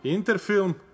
Interfilm